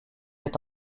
est